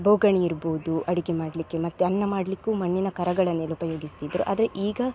ಬೋಗಣಿ ಇರ್ಬೋದು ಅಡಿಗೆ ಮಾಡಲಿಕ್ಕೆ ಮತ್ತು ಅನ್ನ ಮಾಡಲಿಕ್ಕೂ ಮಣ್ಣಿನ ಕರಗಳನ್ನೇ ಉಪಯೋಗಿಸ್ತಿದ್ದರು ಆದರೆ ಈಗ